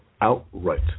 Outright